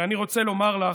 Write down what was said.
ואני רוצה לומר לך,